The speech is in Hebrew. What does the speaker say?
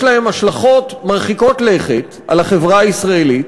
להם השלכות מרחיקות לכת על החברה הישראלית,